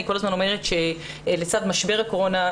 אני אומרת כל הזמן שלצד משבר הקורונה,